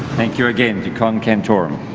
thank you again to con-cantorum